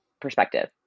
perspective